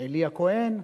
ועלי הכהן,